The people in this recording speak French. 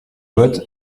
bottes